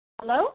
Hello